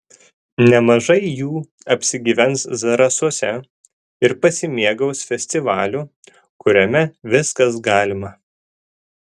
nemažai jų apsigyvens zarasuose ir pasimėgaus festivaliu kuriame viskas galima